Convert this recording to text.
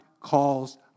calls